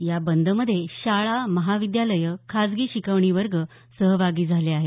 या बंद मध्ये शाळा महाविद्यालयं खाजगी शिकवणी वर्ग सहभागी झाले आहेत